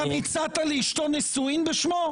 גם הצעת לאשתו נישואין בשמו?